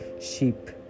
sheep